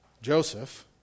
Joseph